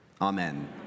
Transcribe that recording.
amen